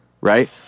right